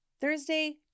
Thursday